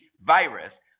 virus